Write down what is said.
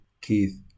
Keith